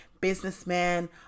businessman